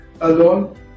alone